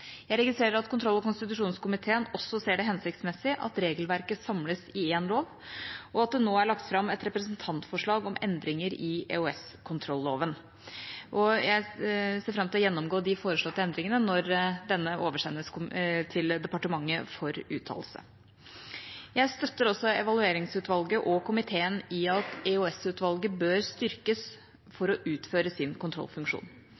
Jeg registrerer at kontroll- og konstitusjonskomiteen også ser det hensiktsmessig at regelverket samles i én lov, og at det nå er lagt fram et representantforslag om endringer i EOS-kontrolloven. Jeg ser fram til å gjennomgå de foreslåtte endringene når denne oversendes departementet for uttalelse. Jeg støtter også Evalueringsutvalget og komiteen i at EOS-utvalget bør styrkes